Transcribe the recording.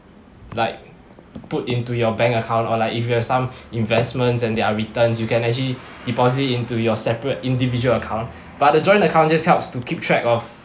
like put into your bank account or like if you have some investments and their returns you can actually deposit into your separate individual account but the joint account just helps to keep track of